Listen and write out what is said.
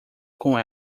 com